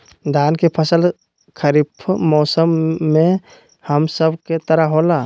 धान के फसल खरीफ मौसम में हम सब के तरफ होला